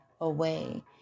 away